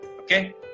okay